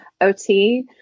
OT